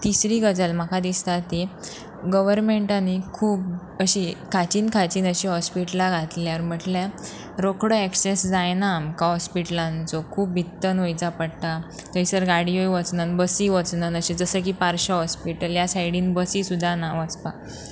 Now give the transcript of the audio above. तिसरी गजाल म्हाका दिसता ती गवर्मेंटांनी खूब अशीं खाचीन खाचीन अशीं हॉस्पिटलां घातल्यार म्हटल्यार रोकडो एक्सेस जायना आमकां हॉस्पिटलांचो खूब भित्तन वयचा पडटा थंयसर गाडयोय वचनात बसी वचनात अशी जसें की पार्शा हॉस्पिटल ह्या सायडीन बसी सुद्दां ना वचपाक